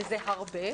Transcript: וזה הרבה,